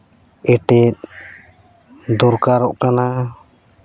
ᱮᱴᱮᱫ ᱫᱚᱨᱠᱟᱨᱚᱜ ᱠᱟᱱᱟ